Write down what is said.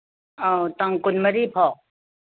ꯑꯧ ꯇꯥꯡ ꯀꯨꯟꯃꯔꯤꯐꯥꯎ